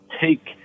take